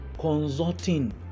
consulting